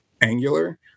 Angular